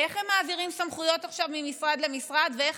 איך הם מעבירים סמכויות עכשיו ממשרד למשרד ואיך